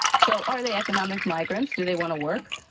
so are they economic migrants? do they want to work?